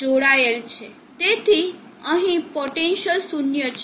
તેથી અહીં પોટેન્સિઅલ શૂન્ય છે